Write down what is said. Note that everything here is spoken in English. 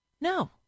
No